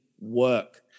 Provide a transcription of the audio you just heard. work